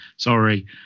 Sorry